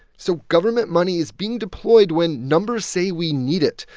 so government money is being deployed when numbers say we need it,